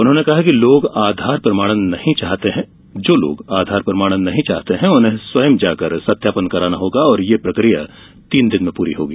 उन्होंने कहा कि जो लोग आधार प्रमाणन नहीं चाहते उन्हें स्वयं जाकर सत्यापन कराना होगा और यह प्रक्रिया तीन दिन में पूरी होगी